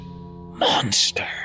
monster